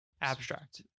abstract